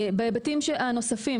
בהיבטים הנוספים,